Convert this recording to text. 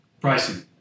pricing